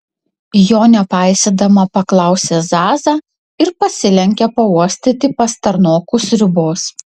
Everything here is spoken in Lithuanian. jo nepaisydama paklausė zaza ir pasilenkė pauostyti pastarnokų sriubos